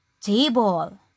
table